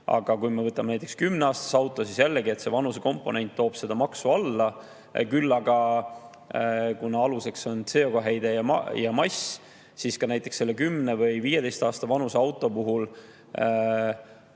Kui me võtame näiteks 10-aastase auto, siis jällegi, vanusekomponent toob maksu alla. Küll aga, kuna aluseks on CO2-heide ja mass, tasub ka näiteks 10 või 15 aasta vanuse auto puhul